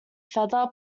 feather